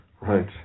Right